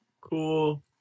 Cool